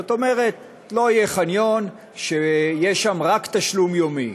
זאת אומרת, לא יהיה חניון שיהיה שם רק תשלום יומי